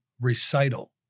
recital